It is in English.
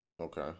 Okay